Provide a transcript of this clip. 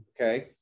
Okay